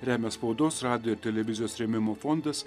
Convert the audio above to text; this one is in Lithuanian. remia spaudos radijo ir televizijos rėmimo fondas